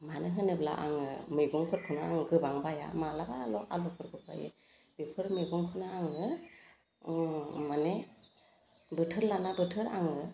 मानो होनोब्ला आङो मैगंफोरखौनो आङो गोबां बाया माब्लाबाल' आलुफोरखौ बायो बेफोर मैगंखौनो आङो माने बोथोर लाना बोथोर आङो